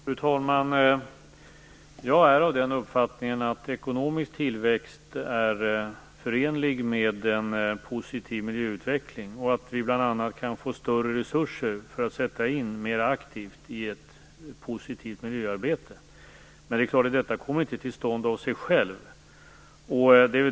Fru talman! Jag är av uppfattningen att ekonomisk tillväxt är förenlig med en positiv miljöutveckling och att vi därigenom bl.a. kan få större resurser att sätta in mer aktivt i ett positivt miljöarbete. Men det är klart att detta inte kommer till stånd av sig självt.